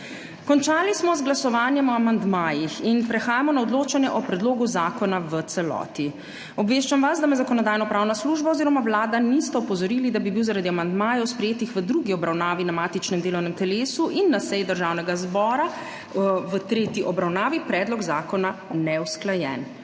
Končali smo z glasovanjem o amandmajih. Prehajamo na odločanje o predlogu zakona v celoti. Obveščam vas, da me Zakonodajno-pravna služba oziroma Vlada nista opozorili, da bi bil, zaradi amandmajev, sprejetih v drugi obravnavi na matičnem delovnem telesu in na seji Državnega zbora v tretji obravnavi predlog zakona neusklajen.